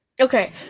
Okay